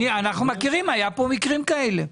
אנחנו מכירים, היו פה מקרים כאלה.